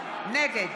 נגד